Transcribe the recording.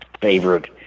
favorite